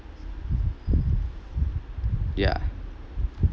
yeah